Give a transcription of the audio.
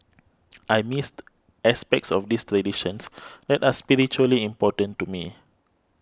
I missed aspects of these traditions that are spiritually important to me